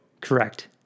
Correct